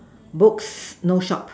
books no shop